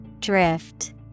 Drift